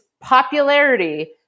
popularity